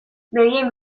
begien